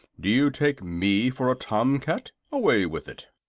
do you take me for a tom-cat? away with it!